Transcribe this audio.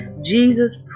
Jesus